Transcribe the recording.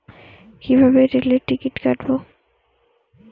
কিভাবে রেলের টিকিট কাটব?